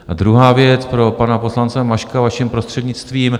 A druhá věc pro pana poslance Maška, vaším prostřednictvím.